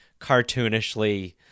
cartoonishly